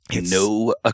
No